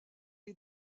est